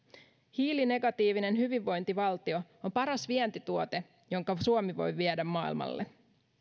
hiilinegatiivinen hyvinvointivaltio on paras vientituote jonka suomi voi viedä maailmalle